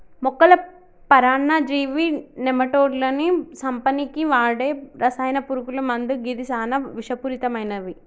మొక్కల పరాన్నజీవి నెమటోడ్లను సంపనీకి వాడే రసాయన పురుగుల మందు గిది సానా విషపూరితమైనవి